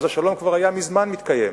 אז השלום כבר היה מזמן מתקיים,